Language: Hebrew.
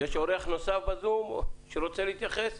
יש אורח נוסף בזום שרוצה להתייחס?